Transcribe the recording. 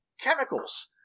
chemicals